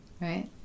right